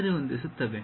ಸರಿಹೊಂದಿಸುತ್ತವೆ